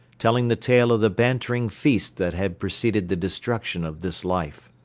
telling the tale of the bantering feast that had preceded the destruction of this life.